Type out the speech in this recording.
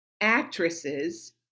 actresses